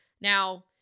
Now